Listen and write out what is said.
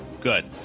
good